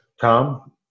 Tom